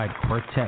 Quartet